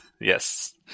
yes